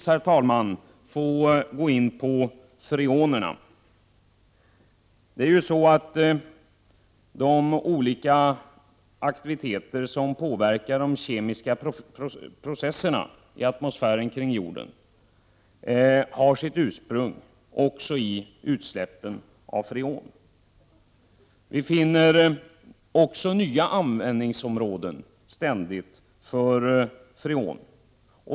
Jag vill gå in något på freonerna. De olika aktiviteter som påverkar de kemiska processerna i atmosfären kring jorden har sitt ursprung också i utsläppen av freon. Vi finner dessutom ständigt nya användningsområden för freon.